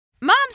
moms